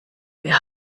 wir